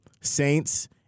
Saints